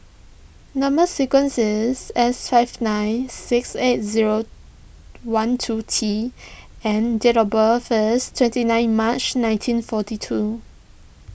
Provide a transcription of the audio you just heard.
Number Sequence is S five nine six eight zero one two T and date of birth is twenty nine March nineteen forty two